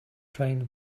trained